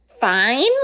fine